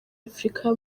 afurika